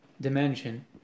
dimension